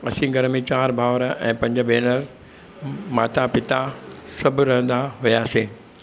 असीं घर में चार भाउर ऐं पंज भेनरु माता पिता सभु रहंदा हुयासीं